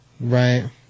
right